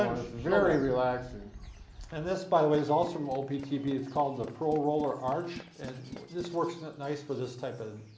um it's very relaxing and this, by the way, is also from optp it's called the pro roller arch and this works nice for this type of.